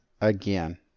again